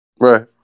Right